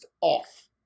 off